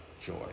joy